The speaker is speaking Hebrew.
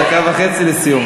בבקשה, דקה וחצי לסיום.